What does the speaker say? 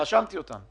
רשמתי אותן.